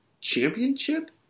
championship